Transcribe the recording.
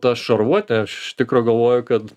ta šarvuotė aš iš tikro galvoju kad